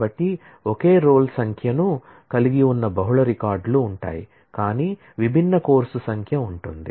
కాబట్టి ఒకే రోల్ సంఖ్యను కలిగి ఉన్న బహుళ రికార్డులు ఉంటాయి కానీ విభిన్న కోర్సు సంఖ్య ఉంటుంది